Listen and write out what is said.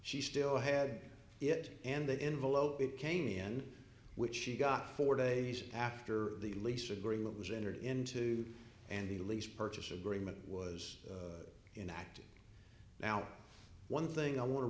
she still had it and the envelope it came in which she got four days after the lease agreement was entered into and the lease purchase agreement was in fact now one thing i want to